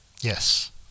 Yes